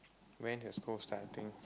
when his school starting